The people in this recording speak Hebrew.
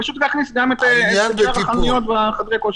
פשוט להכניס גם את שאר החנויות וחדרי הכושר.